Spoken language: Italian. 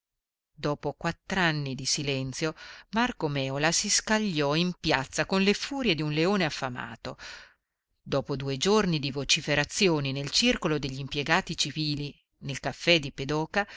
ripromettessero dopo quattr'anni di silenzio marco mèola si scagliò in piazza con le furie d'un leone affamato dopo due giorni di vociferazioni nel circolo degli impiegati civili nel caffè di pedoca